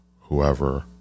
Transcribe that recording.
Whoever